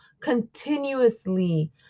continuously